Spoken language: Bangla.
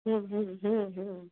হুম হুম হুম হুম